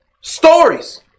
stories